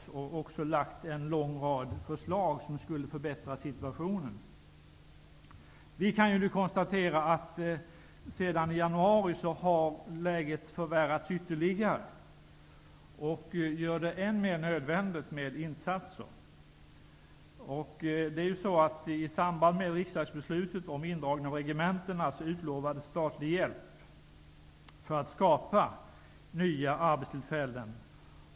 Vi lägger också fram en lång rad förslag som skulle, om de förverkligades, bidra till en förbättrad situation. Vi konstaterar nu att läget ytterligare har förvärrats sedan januari. Därför är det än mer nödvändigt med insatser. I samband med riksdagsbeslutet om en indragning av regementena utlovades statlig hjälp med att skapa nya arbetstillfällen.